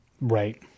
Right